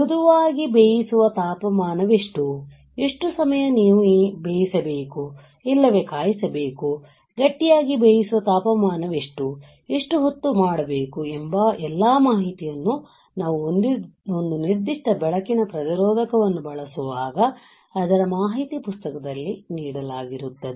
ಮೃದುವಾಗಿ ಬೇಯಿಸುವ ತಾಪಮಾನವೆಷ್ಟು ಎಷ್ಟು ಸಮಯ ನೀವು ಬೇಯಿಸಬೇಕು ಇಲ್ಲವೇ ಕಾಯಿಸಬೇಕು ಗಟ್ಟಿಯಾಗಿ ಬೇಯಿಸುವ ತಾಪಮಾನವೆಷ್ಟು ಎಷ್ಟು ಹೊತ್ತು ಮಾಡಬೇಕು ಎಂಬ ಎಲ್ಲಾ ಮಾಹಿತಿಯನ್ನು ನಾವು ಒಂದು ನಿರ್ದಿಷ್ಟ ಬೆಳಕಿನ ಪ್ರತಿರೋಧಕವನ್ನು ಬಳಸುವಾಗ ಅದರ ಮಾಹಿತಿ ಪುಸ್ತಕದಲ್ಲಿ ನೀಡಲಾಗಿರುತ್ತದೆ